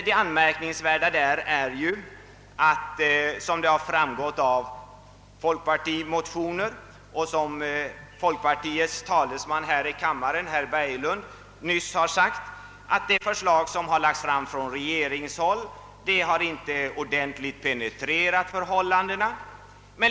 Det anmärkningsvärda är, som framgått av folkpartimotionen och som folkpartiets talesman här i kammaren, herr Berglund, nyss har sagt, att de förslag som lagts fram av regeringen inte har ordentligt penetre rat förhållandena.